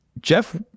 Jeff